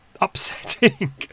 upsetting